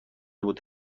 بود